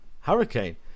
Hurricane